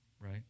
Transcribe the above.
right